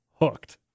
hooked